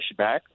pushback